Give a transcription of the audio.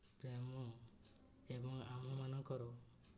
ପ୍ରେମ ଏବଂ ଆମମାନଙ୍କର